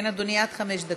כן, אדוני, עד חמש דקות.